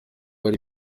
hari